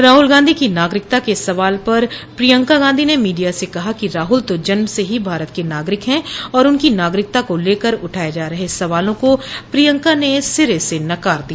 राहुल गांधी की नागरिकता के सवाल पर प्रियंका गांधी ने मीडिया से कहा कि राहुल तो जन्म से ही भारत के नागरिक है उनकी नागरिकता को लेकर उठाये जा रहे सवालों को प्रियंका ने सिरे से नकार दिया